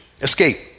Escape